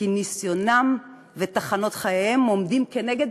כי ניסיונם ותחנות חייהם עומדים כנגד